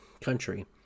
country